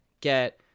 get